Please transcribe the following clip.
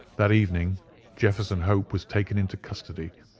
that evening jefferson hope was taken into custody,